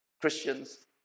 Christians